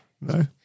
no